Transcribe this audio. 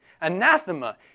Anathema